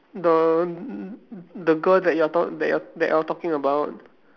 the n~ n~ n~ the girl that you are ta~ that you're that you're talking about